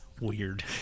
weird